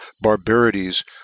barbarities